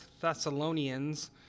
Thessalonians